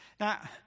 Now